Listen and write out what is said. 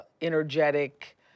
energetic